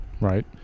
right